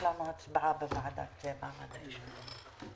אבל יש לנו הצבעה בוועדה למעמד האישה.